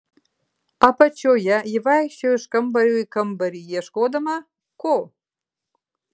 apačioje ji vaikščiojo iš kambario į kambarį ieškodama ko